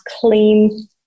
clean